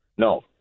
No